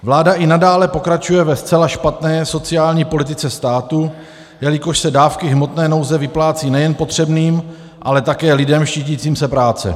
Vláda i nadále pokračuje ve zcela špatné sociální politice státu, jelikož se dávky hmotné nouze vyplácí nejen potřebným, ale také lidem štítícím se práce.